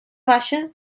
baixa